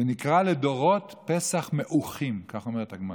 ונקרא לדורות "פסח מעוכים", כך אומרת הגמרא.